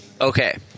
Okay